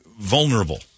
vulnerable